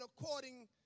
According